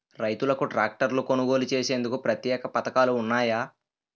రైతులకు ట్రాక్టర్లు కొనుగోలు చేసేందుకు ప్రత్యేక పథకాలు ఉన్నాయా?